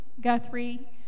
Guthrie